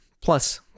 Plus